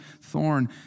thorn